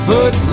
Put